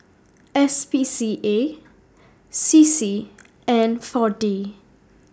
S P C A C C and four D